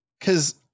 Cause